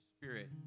spirit